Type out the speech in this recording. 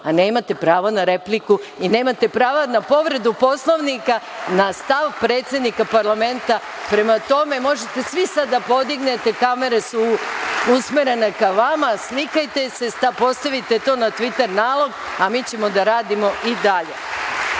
a nemate pravo na repliku i nemate pravo na povredu Poslovnika na stav predsednika parlamenta. Prema tome, možete svi sad da podignete, kamere su usmerene ka vama, slikajte se, postavite to na Tviter nalog, a mi ćemo da radimo i